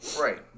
Right